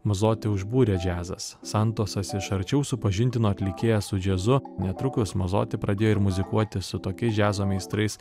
mazoti užbūrė džiazas santosas iš arčiau supažindino atlikėją su džiazu netrukus mazoti pradėjo ir muzikuoti su tokiais džiazo meistrais